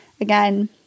Again